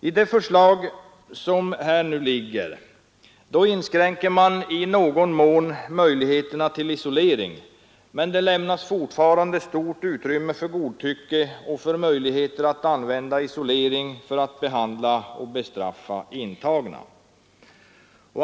I de föreliggande förslagen inskränker man i någon mån möjligheterna till isolering, men det lämnas fortfarande stort utrymme för godtycke och för möjligheterna att använda isolering för att behandla och bestraffa de intagna.